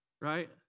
right